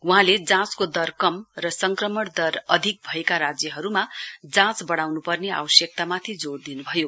वहाँले जाँचको दर कम र संक्रमण दर अधिक भएका राज्यहरुमा जाँच बढ़ाउन् पर्ने आवश्यकतामाथि जोड़ दिनूभयो